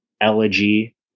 elegy